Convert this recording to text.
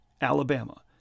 Alabama